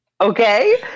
Okay